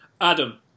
Adam